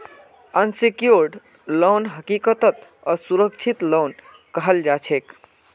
unsecured loan हकीकतत असुरक्षित loan कहाल जाछेक